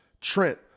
Trent